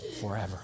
forever